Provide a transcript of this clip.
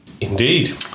indeed